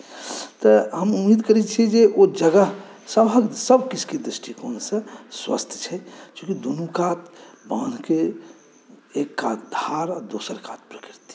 तऽ हम उम्मीद करैत छी जे ओ जगह सभहक सभकिछुके दृष्टिकोणसे स्वच्छ छै चूँकि दुनू कात बान्हकेँ एक कात धार आ दोसर कात प्रकृति